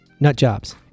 nutjobs